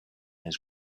his